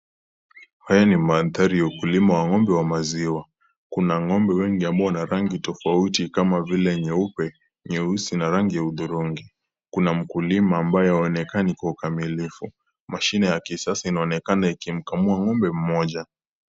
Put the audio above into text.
Haya ni mandari ya ukulima ya ngombe wa maziwa , kuna ngombe wengi ambao wana rangi tofauti kama vile nyeupe nyeusi na rangi ya hudhurungi, kuna mkulima ambaye haonekani kwa ukamilifu mashine ya kisasa inaonekana ikimkamua ngombe mmoja.